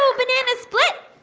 so banana split.